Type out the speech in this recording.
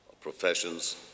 professions